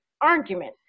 argument